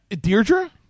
Deirdre